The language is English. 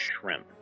shrimp